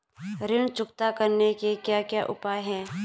ऋण चुकता करने के क्या क्या उपाय हैं?